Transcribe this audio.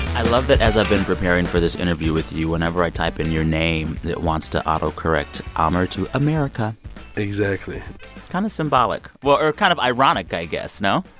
i love that, as i've been preparing for this interview with you, whenever i type in your name, it wants to autocorrect um amer to america exactly kind of symbolic. well or kind of ironic, i guess, no?